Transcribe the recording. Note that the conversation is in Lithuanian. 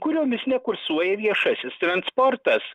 kuriomis nekursuoja viešasis transportas